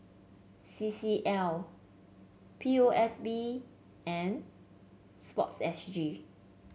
C C L P O S B and sports S G